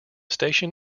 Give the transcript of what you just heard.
station